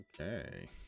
Okay